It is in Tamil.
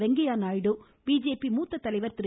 வெங்கையா நாயுடு பிஜேபி மூத்த தலைவர் திரு